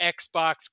xbox